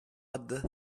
add